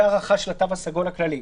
וגם הארכה של התו הסגול הכללי.